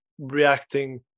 reacting